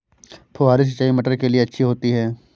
फुहारी सिंचाई मटर के लिए अच्छी होती है?